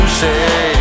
say